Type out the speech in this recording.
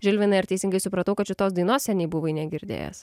žilvinai ar teisingai supratau kad šitos dainos seniai buvai negirdėjęs